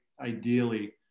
ideally